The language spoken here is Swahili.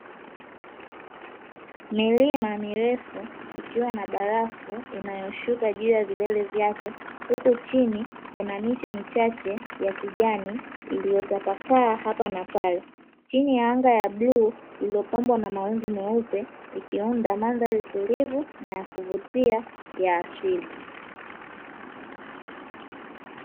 Milima mirefu ikiwa na barafu inayoshuka juu ya vilele vyake ,huku chuni kuna miche michache ya kijani iliyotapakaa hapa na pale ,chini ya naga ya bluu iliyopambwa kwa mawingu meupe ikiunda mandhari tulivu na yakuvutia ya asili.